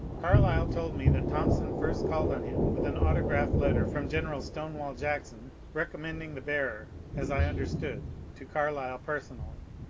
carlyle told me that thompson first called on him with an autograph letter from general stonewall jackson recommending the bearer, as i understood, to carlyle personally,